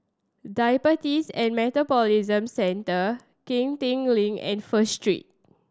Diabetes and Metabolism Centre Genting Link and First Street